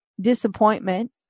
disappointment